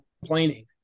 complaining